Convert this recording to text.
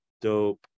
dope